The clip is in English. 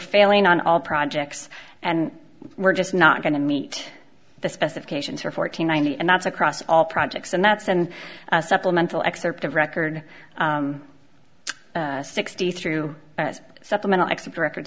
failing on all projects and we're just not going to meet the specifications for fourteen ninety and that's across all projects and that's and supplemental excerpt of record sixty through supplemental excess record